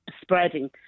spreading